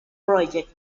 project